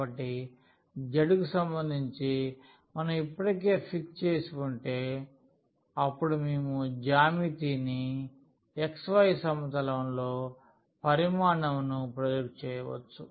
కాబట్టి z కు సంబంధించి మనం ఇప్పటికే ఫిక్స్ చేసి ఉంటే అప్పుడు మేము జ్యామితిని xy సమతలంలో పరిమాణంను ప్రొజెక్ట్ చేయవచ్చు